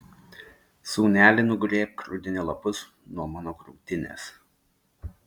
sūneli nugrėbk rudenio lapus nuo mano krūtinės